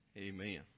Amen